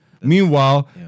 Meanwhile